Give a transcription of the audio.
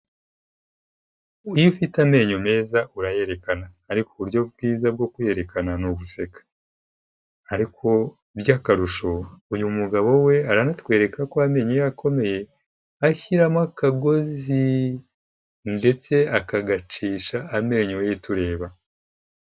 Iyo ufite amenyo meza urayerekana, ariko uburyo bwiza bwo kuyerekana ni uguseka, ariko by'akarusho uyu mugabo we aranatwereka ko amenyo ye akomeye, ashyiramo akagozi, ndetse akagacisha amenyo ye tureba.